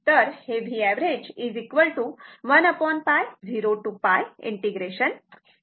तर average 1 π 0 to π ⌠Vm sinθ dθ